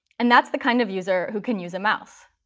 and that's the kind of user who can use a mouse.